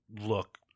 look